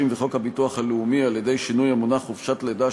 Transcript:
וחוק הביטוח הלאומי על-ידי שינוי המונח חופשת לידה,